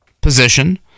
position